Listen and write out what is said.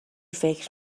فکر